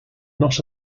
not